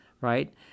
right